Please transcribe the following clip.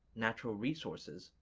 natural resources,